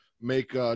make